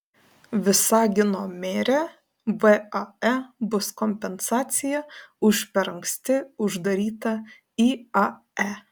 visagino merė vae bus kompensacija už per anksti uždarytą iae